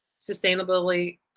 sustainability